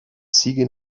siguen